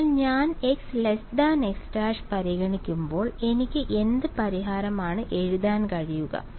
അതിനാൽ ഞാൻ x x′ പരിഗണിക്കുമ്പോൾ എനിക്ക് എന്ത് പരിഹാരമാണ് എഴുതാൻ കഴിയുക